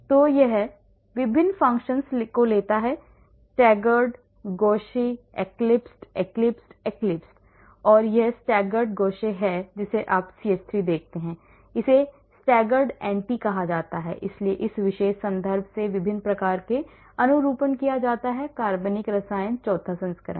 तो यह विभिन्न कन्फेक्शंस लेता है taggered gauche eclipsed eclipsed eclipsed और यह staggered gauche है जिसे आप CH3 देखते हैं इसे staggered anti कहा जाता है इसलिए इस विशेष संदर्भ से विभिन्न प्रकार के अनुरूपण लिया जाता है कार्बनिक रसायन चौथे संस्करण